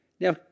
Now